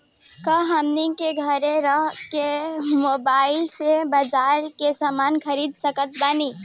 का हमनी के घेरे रह के मोब्बाइल से बाजार के समान खरीद सकत बनी?